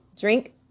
Drink